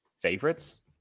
favorites